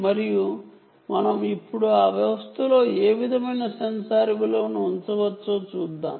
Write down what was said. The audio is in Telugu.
మరియు మనం ఇప్పుడు ఆ వ్యవస్థలో ఏ విధమైన సెన్సార్ విలువను ఉంచవచ్చో చూద్దాం